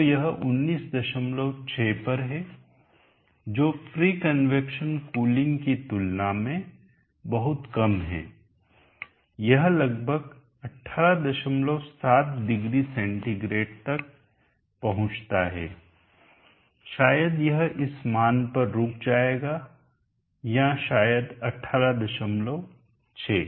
तो यह 196 पर हैजो फ्री कन्वैक्शन कुलिंग की तुलना में बहुत कम है यह लगभग 187 0 C तक पहुंचता है शायद यह इस मान पर रुक जाएगा या शायद 186